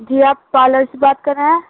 جی آپ پارلر سے بات کر رہے ہیں